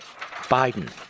Biden